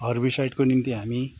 हर्बिसाइडको निम्ति हामी